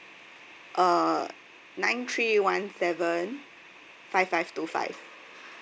uh nine three one seven five five two five